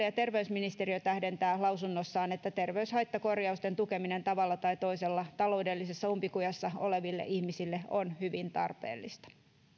ja terveysministeriö tähdentää lausunnossaan että terveyshaittakorjausten tukeminen tavalla tai toisella taloudellisessa umpikujassa oleville ihmisille on hyvin tarpeellista